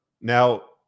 now